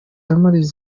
margaret